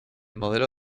modelo